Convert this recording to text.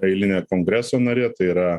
eilinė kongreso narė tai yra